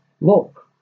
look